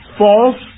false